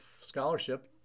scholarship